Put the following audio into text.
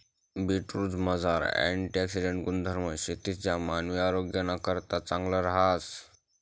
बीटरूटमझार अँटिऑक्सिडेंट गुणधर्म शेतंस ज्या मानवी आरोग्यनाकरता चांगलं रहास